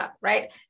Right